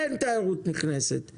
אין תיירות נכנסת,